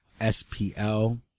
SPL